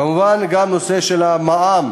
כמובן, גם נושא המע"מ.